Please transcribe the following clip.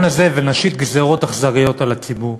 הזה ולא נשית גזירות אכזריות על הציבור.